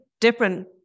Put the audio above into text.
different